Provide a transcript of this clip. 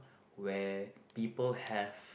where people have